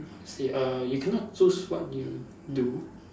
how to say err you cannot choose what you do